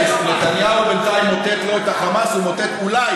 נתניהו יביס את החמאס, ימוטט את החמאס.